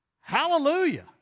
Hallelujah